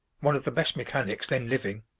one of the best mechanics then living.